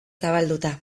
zabalduta